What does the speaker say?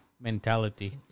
mentality